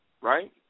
right